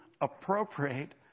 appropriate